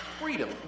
freedom